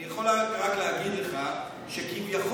אני יכול רק להגיד לך שכביכול,